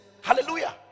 Hallelujah